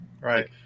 Right